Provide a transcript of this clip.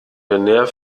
der